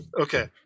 Okay